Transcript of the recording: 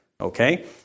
okay